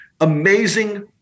Amazing